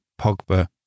Pogba